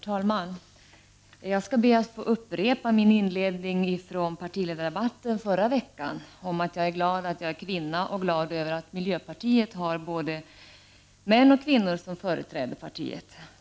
Herr talman! Jag ber att få upprepa min inledning från partiledardebatten förra veckan, om att jag är glad över att jag är kvinna och glad över att miljöpartiet har både män och kvinnor som företräder partiet.